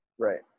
Right